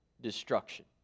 destruction